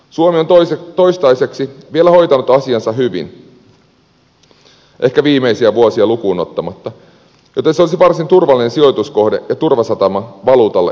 suomi on toistaiseksi vielä hoitanut asiansa hyvin ehkä viimeisiä vuosia lukuun ottamatta joten se olisi varsin turvallinen sijoituskohde ja turvasatama valuutalle euroopassa